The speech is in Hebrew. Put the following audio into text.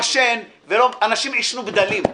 אנשים עישנו בדלים,